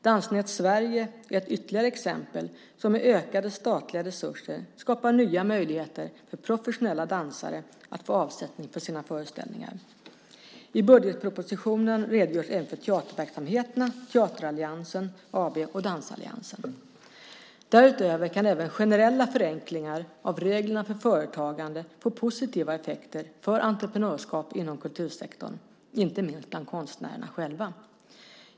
Dansnät Sverige är ett ytterligare exempel, som med ökade statliga resurser skapar nya möjligheter för professionella dansare att få avsättning för sina föreställningar. I budgetpropositionen redogörs även för verksamheterna Teateralliansen AB och Dansalliansen. Därutöver kan även generella förenklingar av reglerna för företagande få positiva effekter för entreprenörskap inom kultursektorn, inte minst bland konstnärerna själva.